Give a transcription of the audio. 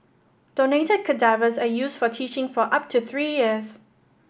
donated cadavers are used for teaching for up to three years